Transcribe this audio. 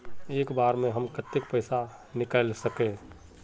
एक बार में हम केते पैसा निकल सके?